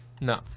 No